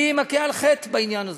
אני מכה על חטא בעניין הזה.